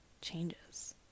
changes